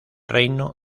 reino